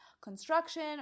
construction